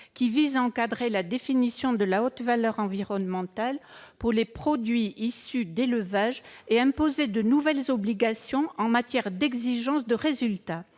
vise à encadrer la définition de la certification « haute valeur environnementale » pour les produits issus de l'élevage et à imposer de nouvelles obligations en matière d'exigence de résultats.